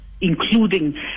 Including